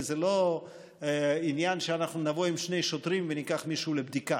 כי זה לא לעניין שאנחנו נבוא עם שני שוטרים וניקח מישהו לבדיקה,